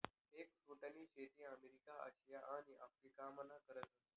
एगफ्रुटनी शेती अमेरिका, आशिया आणि आफरीकामा करतस